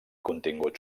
contingut